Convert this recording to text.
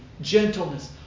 gentleness